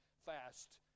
fast